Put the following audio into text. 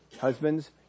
Husbands